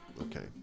Okay